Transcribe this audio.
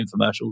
infomercials